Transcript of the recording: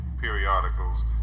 periodicals